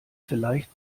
vielleicht